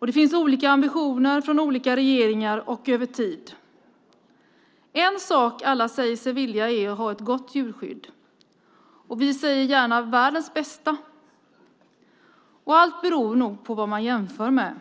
Det har funnits olika ambitioner hos olika regeringar och över tid. En sak alla säger sig vilja är att ha ett gott djurskydd. Vi säger gärna: världens bästa. Allt beror nog på vad man jämför med.